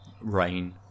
rain